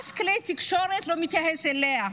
אף כלי תקשורת לא מתייחס אליה.